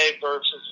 versus